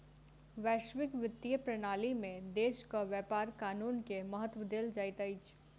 वैश्विक वित्तीय प्रणाली में देशक व्यापार कानून के महत्त्व देल जाइत अछि